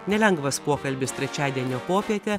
nelengvas pokalbis trečiadienio popietę